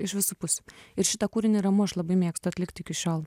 iš visų pusių ir šitą kūrinį ramu aš labai mėgstu atlikt iki šiol